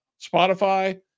Spotify